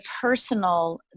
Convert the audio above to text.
personal